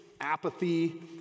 apathy